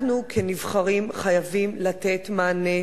אנחנו, כנבחרים, חייבים לתת מענה,